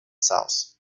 south